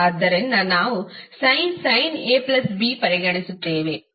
ಮೊದಲನೆಯದು sin A plus B